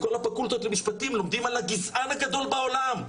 בכל הפקולטות למשפטים לומדים על הגזען הגדול בעולם,